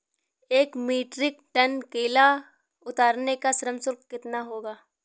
एक metric tonne केला उतारने का श्रम शुल्क कितना होगा?